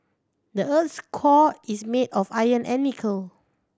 the earth core is made of iron and nickel